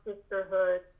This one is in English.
sisterhood